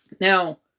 Now